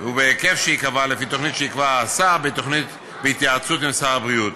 ובהיקף שייקבע לפי תוכנית שיקבע השר בהתייעצות עם שר הבריאות.